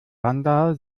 bandar